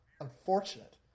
unfortunate